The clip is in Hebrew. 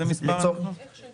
אני מחדש את הישיבה.